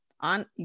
on